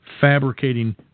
fabricating